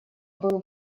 был